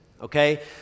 okay